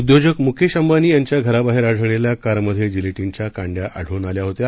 उद्योजक मुकेश अंबानी यांच्या घराबाहेर आढळलेल्या कारमध्ये जिलेटिनच्या कांड्या आढळून आल्या होत्या